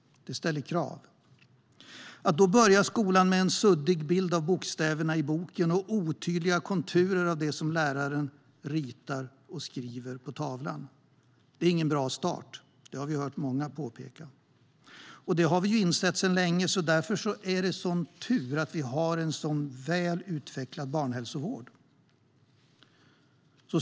Det ställer krav. Att då börja skolan med en suddig bild av bokstäverna i boken och otydliga konturer av det läraren ritar och skriver på tavlan är inte någon bra start. Det har vi hört många påpeka. Det har vi insett sedan länge, och därför är det tur att vi har en så väl utvecklad barnhälsovård.